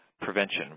prevention